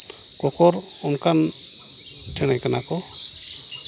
ᱠᱚᱠᱚᱨ ᱚᱱᱠᱟᱱ ᱪᱮᱬᱮ ᱠᱟᱱᱟ ᱠᱚ